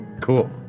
Cool